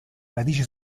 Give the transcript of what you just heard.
radici